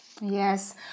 Yes